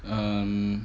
um